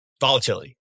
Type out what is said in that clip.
volatility